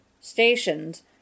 stations